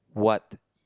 what